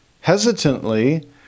hesitantly